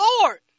Lord